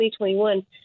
2021